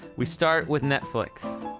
we start with netflix